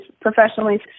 professionally